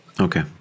okay